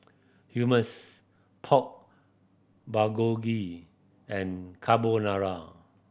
Hummus Pork Bulgogi and Carbonara